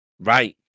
Right